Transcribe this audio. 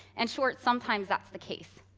and short, sometimes that's the case.